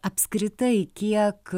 apskritai kiek